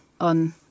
on